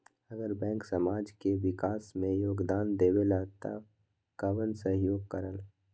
अगर बैंक समाज के विकास मे योगदान देबले त कबन सहयोग करल?